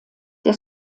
der